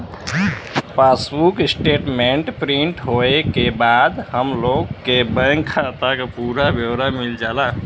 passbook statement print होये के बाद हम लोग के बैंक खाता क पूरा ब्यौरा मिल जाला